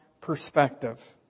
perspective